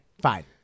Fine